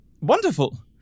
Wonderful